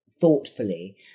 thoughtfully